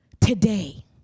today